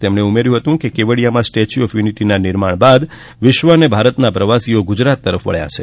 તેમણે ઉમેર્યુ હતું કે કેવડીયામાં સ્ટેચ્યુ ઓફ યુનીટીના નિર્માણ બાદ વિશ્વ અને ભારતના પ્રવાસીઓ ગુજરાત તરફ વળ્યા છે